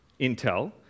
intel